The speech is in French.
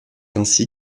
ainsi